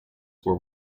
were